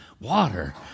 Water